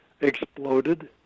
exploded